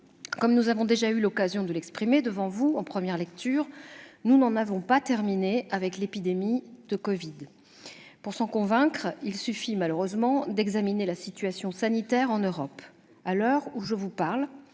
Comme nous avons déjà eu l'occasion de l'exprimer devant vous en première lecture, nous n'en avons pas terminé avec l'épidémie de covid. Pour s'en convaincre, il suffit malheureusement d'examiner la situation sanitaire en Europe. À l'heure où je vous parle,